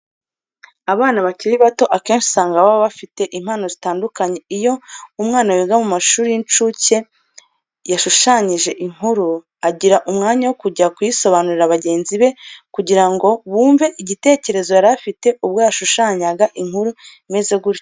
Abana bakiri bato akenshi usanga baba bafite impano zitandukanye. Iyo umwana wiga mu mashuri y'incuke yashushanyije inkuru, agira umwanya wo kujya kuyisobanurira bagenzi be kugira ngo bumve igitekerezo yari afite ubwo yashushanyaga inkuru imeze gutyo.